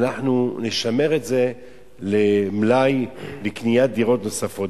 אנחנו נשמר את זה למלאי לקניית דירות נוספות.